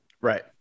Right